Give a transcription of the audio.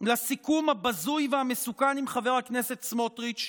לסיכום הבזוי והמסוכן עם חבר הכנסת סמוטריץ',